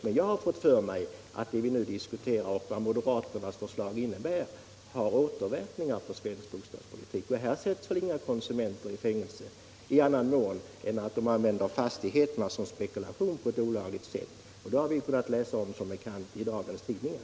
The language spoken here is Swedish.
Det som vi nu diskuterar och det som moderaternas förslag innebär har såvitt jag förstår synnerligen svåra återverkningar på svensk bostadspolitik. Här sätts väl inga konsumenter i fängelse annat än om de använder fastigheterna som spekulationsobjekt på ett olagligt sätt. Det har vi som bekant kunnat läsa åtskilligt om i dagens tidningar.